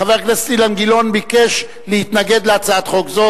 חבר הכנסת אילן גילאון ביקש להתנגד להצעת חוק זו.